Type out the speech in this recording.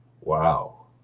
wow